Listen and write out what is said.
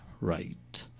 right